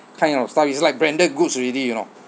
kind of stuff is like branded goods already you know